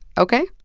ok?